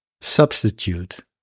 Substitute